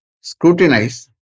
scrutinize